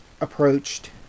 approached